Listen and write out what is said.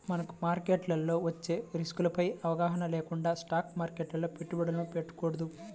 మనకు మార్కెట్లో వచ్చే రిస్కులపై అవగాహన లేకుండా స్టాక్ మార్కెట్లో పెట్టుబడులు పెట్టకూడదు